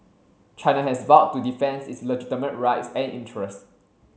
China has vowed to defends its legitimate rights and interests